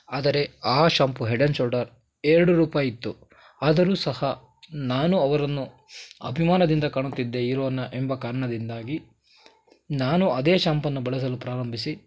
ಆದರೆ ಆ shampoo head and shoulder ಎರಡು ರೂಪಾಯಿ ಇತ್ತು ಅದನ್ನು ಸಹ ನಾನು ಅವರನ್ನು ಅಭಿಮಾನದಿಂದ ಕಾಣುತ್ತಿದ್ದೆ ಹೀರೋನ ಎಂಬ ಕಾರಣದಿಂದಾಗಿ ನಾನು ಅದೇ ಶ್ಯಾಂಪನ್ನು ಬಳಸಲು ಪ್ರಾರಂಭಿಸಿ